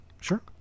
Sure